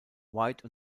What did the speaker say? white